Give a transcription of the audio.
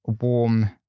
warm